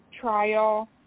trial